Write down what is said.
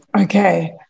Okay